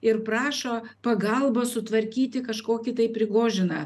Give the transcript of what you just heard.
ir prašo pagalbos sutvarkyti kažkokį tai prigožiną